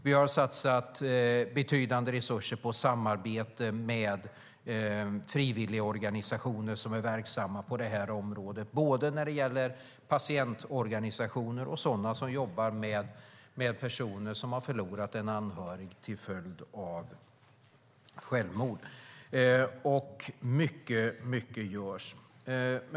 Vi har satsat betydande resurser på samarbete med frivilligorganisationer som är verksamma på det här området, både patientorganisationer och sådana som jobbar med personer som har förlorat en anhörig till följd av självmord. Mycket, mycket görs.